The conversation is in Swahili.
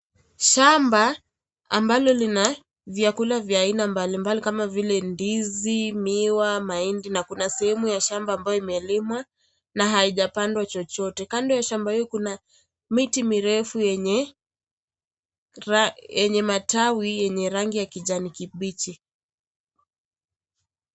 Shamba ambalo lina vyakula vya aina mbalimbali kama vile ndizi, miwa, mahindi na Kuna sehemu ya shamba ambayo imelimwa na hijapandwa chochote. Kando ya shamba hiyo Kuna miti mirefu yenye matawi yenye rangi ya kijani kibichi.